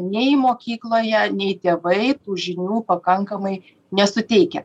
nei mokykloje nei tėvai tų žinių pakankamai nesuteikia